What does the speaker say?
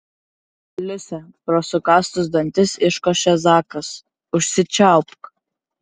liuse pro sukąstus dantis iškošė zakas užsičiaupk